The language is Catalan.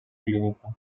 clínica